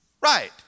Right